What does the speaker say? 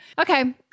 Okay